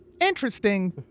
Interesting